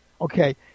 Okay